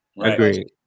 Agreed